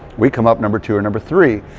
we come up number two or number three.